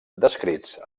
descrits